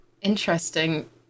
interesting